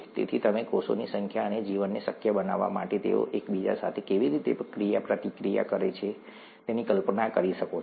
તેથી તમે કોષોની સંખ્યા અને જીવનને શક્ય બનાવવા માટે તેઓ એકબીજા સાથે કેવી રીતે ક્રિયાપ્રતિક્રિયા કરે છે તેની કલ્પના કરી શકો છો